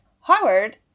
Howard